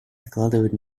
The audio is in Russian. откладывать